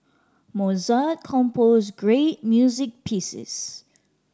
Mozart composed great music pieces